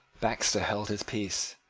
baxter held his peace.